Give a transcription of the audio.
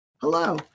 hello